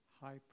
high